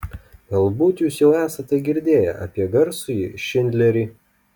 galbūt jūs jau esate girdėję apie garsųjį šindlerį